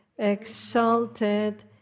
Exalted